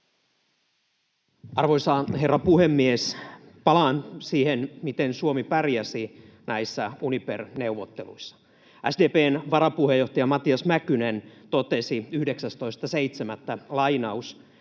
Arvoisa herra puhemies! Palaan siihen, miten Suomi pärjäsi näissä Uniper-neuvotteluissa. SDP:n varapuheenjohtaja Matias Mäkynen totesi 19.7.: ”Marin